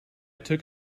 took